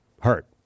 hurt